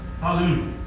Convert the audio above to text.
Hallelujah